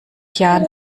jahren